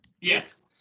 Yes